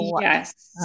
Yes